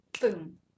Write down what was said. boom